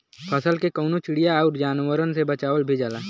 फसल के कउनो चिड़िया आउर जानवरन से बचावल भी जाला